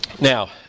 Now